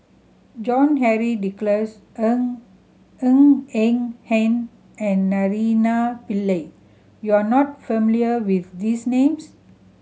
John Henry Duclos Ng Ng Eng Hen and Naraina Pillai you are not familiar with these names